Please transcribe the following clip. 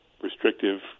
restrictive